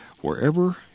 Wherever